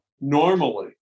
normally